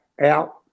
out